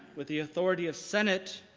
with the authority of senate,